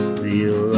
feel